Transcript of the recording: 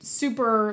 super